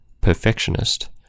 perfectionist